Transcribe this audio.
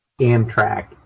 Amtrak